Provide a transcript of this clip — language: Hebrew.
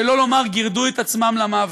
שלא לומר גירדו את עצמם למוות.